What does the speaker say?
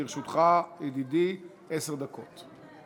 לרשותך, ידידי, עשר דקות.